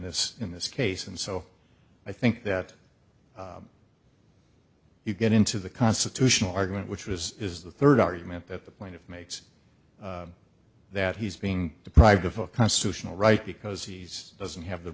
this in this case and so i think that you get into the constitutional argument which was is the third argument that the plaintiff makes that he's being deprived of a constitutional right because he's doesn't have the